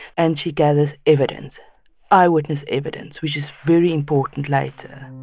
and she gathers evidence eyewitness evidence, which is very important later.